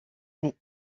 mais